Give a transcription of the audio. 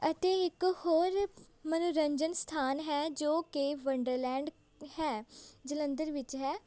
ਅਤੇ ਇੱਕ ਹੋਰ ਮਨੋਰੰਜਨ ਸਥਾਨ ਹੈ ਜੋ ਕਿ ਵੰਡਰਲੈਂਡ ਹੈ ਜਲੰਧਰ ਵਿੱਚ ਹੈ